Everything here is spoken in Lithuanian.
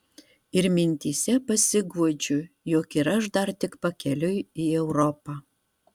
ir mintyse pasiguodžiu jog ir aš dar tik pakeliui į europą